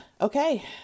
Okay